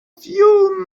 few